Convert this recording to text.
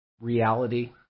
reality